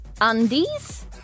Undies